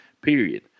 period